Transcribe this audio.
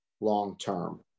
long-term